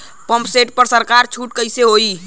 Pump set पर सरकार छूट कईसे होई?